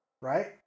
Right